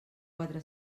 quatre